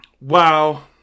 wow